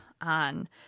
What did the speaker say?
on